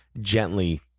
gently